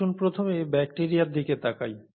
আসুন প্রথমে ব্যাকটিরিয়ার দিকে তাকাই